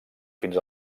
fins